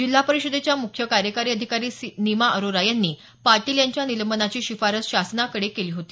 जिल्हा परिषदेच्या मुख्य कार्यकारी अधिकारी नीमा अरोरा यांनी पाटील यांच्या निलंबनाची शिफारस शासनाकडे केली होती